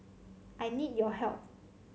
I need your help